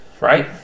right